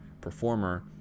performer